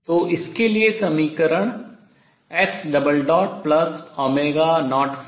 तो इसके लिए समीकरण x02xx20 है